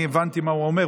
אני הבנתי מה הוא אומר.